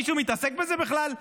מישהו מתעסק בזה בכלל?